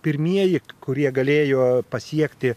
pirmieji kurie galėjo pasiekti